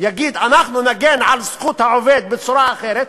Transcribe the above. הוא יגיד: אנחנו נגן על זכות העובד בצורה אחרת.